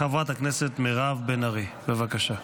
חברת הכנסת מירב בן ארי, בבקשה.